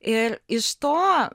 ir iš to